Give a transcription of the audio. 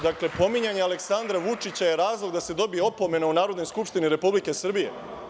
Dakle, pominjanje Aleksandra Vučića je razlog da se dobije opomena u Narodnoj skupštini Republike Srbije?